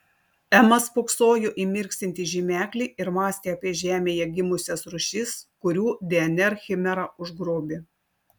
ema spoksojo į mirksintį žymeklį ir mąstė apie žemėje gimusias rūšis kurių dnr chimera užgrobė